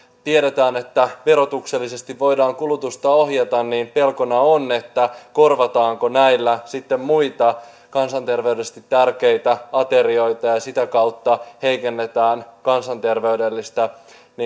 tiedetään että verotuksellisesti voidaan kulutusta ohjata pelkona on korvataanko näillä sitten muita kansanterveydellisesti tärkeitä aterioita ja ja sitä kautta heikennetään kansanterveydellisiä